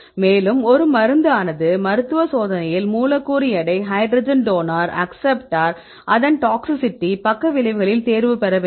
மேலும் ஒரு மருந்து ஆனது மருத்துவ சோதனையில் மூலக்கூறு எடை ஹைட்ரஜன் டோனார் அக்சப்ட்டார் அதன் டாக்ஸிசிட்டி பக்க விளைவுகளில் தேர்வு பெற வேண்டும்